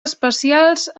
especials